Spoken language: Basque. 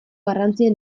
garrantzia